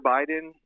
Biden